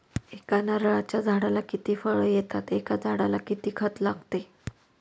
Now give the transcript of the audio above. एका नारळाच्या झाडाला किती फळ येतात? एका झाडाला किती खत लागते?